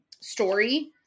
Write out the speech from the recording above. Story